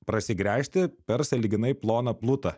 prasigręžti per sąlyginai ploną plutą